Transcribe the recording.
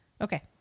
Okay